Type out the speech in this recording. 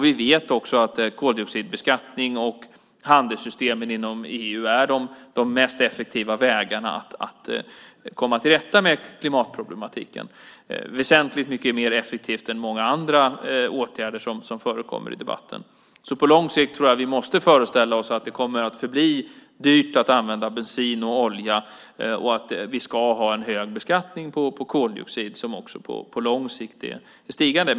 Vi vet också att koldioxidbeskattningen och handelssystemen inom EU är de mest effektiva vägarna för att komma till rätta med klimatproblematiken. De är väsentligt mycket mer effektiva än många andra åtgärder som förekommer i debatten. På lång sikt tror jag att vi måste föreställa oss att det kommer att förbli dyrt att använda bensin och olja och att vi ska ha en hög beskattning på koldioxid som också på lång sikt är stigande.